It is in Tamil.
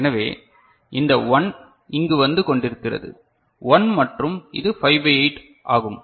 எனவே இந்த 1 இங்கு வந்து கொண்டிருக்கிறது 1 மற்றும் இது 5 பை 8 ஆகும்